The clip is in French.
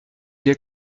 gai